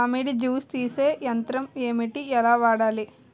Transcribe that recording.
మామిడి జూస్ తీసే యంత్రం ఏంటి? ఎలా వాడాలి?